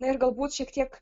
na ir galbūt šiek tiek